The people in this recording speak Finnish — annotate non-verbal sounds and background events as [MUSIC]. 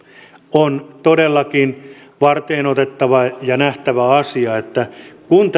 on todellakin varteen otettava ja nähtävä asia kun [UNINTELLIGIBLE]